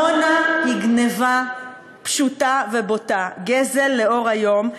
עמונה היא גנבה פשוטה ובוטה, גזל לאור היום.